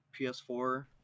PS4